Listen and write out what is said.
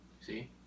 See